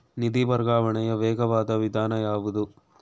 ನಿಧಿ ವರ್ಗಾವಣೆಯ ವೇಗವಾದ ವಿಧಾನ ಯಾವುದು?